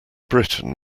britain